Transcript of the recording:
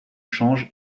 change